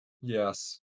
Yes